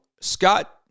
Scott